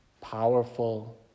powerful